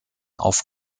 auf